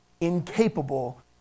incapable